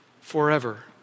forever